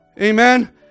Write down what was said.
Amen